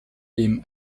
dem